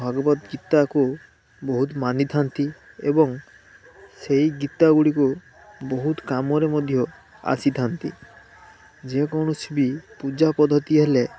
ଭଗବତ ଗୀତାକୁ ବହୁତ ମାନିଥାନ୍ତି ଏବଂ ସେଇ ଗୀତା ଗୁଡ଼ିକୁ ବହୁତ କାମରେ ମଧ୍ୟ ଆସିଥାନ୍ତି ଯେକୌଣସି ବି ପୂଜାପଦ୍ଧତି ହେଲେ